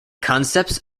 concepts